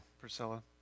Priscilla